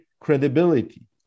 credibility